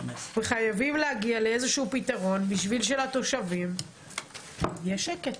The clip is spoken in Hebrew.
וחייבים להגיע לאיזשהו פתרון בשביל שלתושבים יהיה שקט.